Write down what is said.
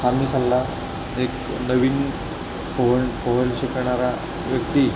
हा मी सल्ला एक नवीन पोहणं पोहणं शिकणारा व्यक्ती